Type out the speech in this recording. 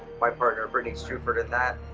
my partner brittany streufert did that.